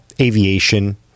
aviation